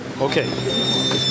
Okay